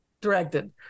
directed